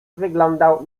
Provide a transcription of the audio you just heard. wyglądał